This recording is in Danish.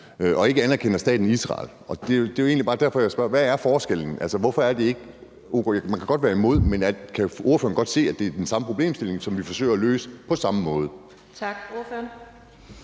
og ikke anerkender staten Israel. Det er jo egentlig bare derfor, jeg spørger: Hvad er forskellen? Man kan godt være imod, men kan ordføreren godt se, at det er den samme problemstilling, som vi forsøger at løse på samme måde? Kl.